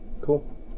Cool